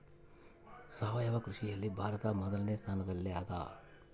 ಸಾವಯವ ಕೃಷಿಯಲ್ಲಿ ಭಾರತ ಮೊದಲನೇ ಸ್ಥಾನದಲ್ಲಿ ಅದ